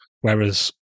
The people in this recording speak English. whereas